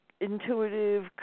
intuitive